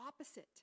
opposite